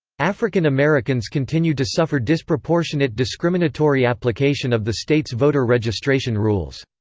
african americans continued to suffer disproportionate discriminatory application of the state's voter registration rules.